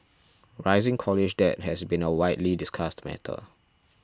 rising college debt has been a widely discussed matter